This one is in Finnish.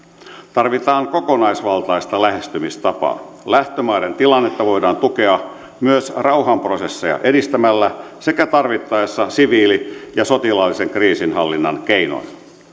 tarvitaan kokonaisvaltaista lähestymistapaa lähtömaiden tilannetta voidaan tukea myös rauhanprosesseja edistämällä sekä tarvittaessa siviili ja sotilaallisen kriisinhallinnan keinoin